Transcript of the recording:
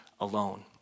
alone